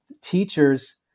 teachers